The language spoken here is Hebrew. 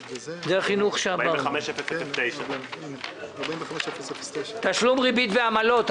45-009. תשלום ריבית ועמלות.